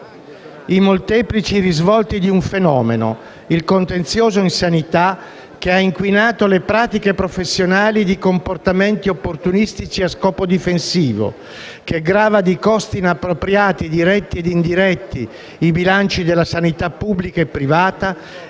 i molteplici risvolti di un fenomeno (il contenzioso in sanità) che ha inquinato le pratiche professionali di comportamenti opportunistici a scopo difensivo, che grava di costi inappropriati diretti e indiretti i bilanci della sanità pubblica e privata